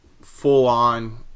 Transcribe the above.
full-on